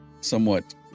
somewhat